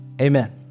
Amen